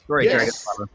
Yes